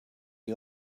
you